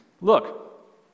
look